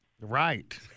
Right